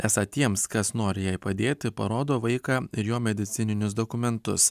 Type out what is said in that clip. esą tiems kas nori jai padėti parodo vaiką ir jo medicininius dokumentus